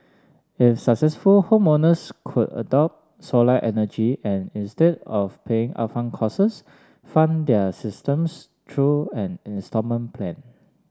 if successful homeowners could adopt solar energy and instead of paying upfront costs fund their systems to an installment plan